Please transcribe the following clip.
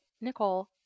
Nicole